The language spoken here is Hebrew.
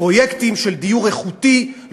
פרויקטים של דיור איכותי,